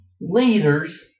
leaders